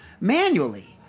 manually